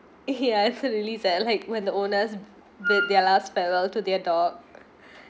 ya it's really sad like when the owners made their last farewell to their dog